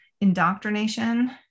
indoctrination